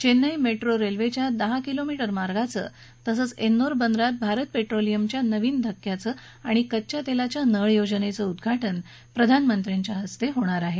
Chennai metro रेल्वेच्या दहा kilometre मार्गाचं तसंच एन्नोर बंदरात भारत पेट्रोलियमच्या नवीन धक्क्याचं आणि कच्च्या तेलाच्या नळ योजनेचं उद्वाटन प्रधानमंत्री करतील